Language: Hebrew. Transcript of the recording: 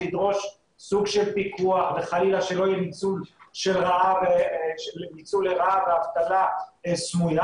זה ידרוש סוג של פיקוח וחלילה שלא יהיה ניצול לרעה ואבטלה סמויה,